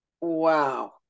Wow